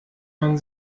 man